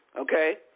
okay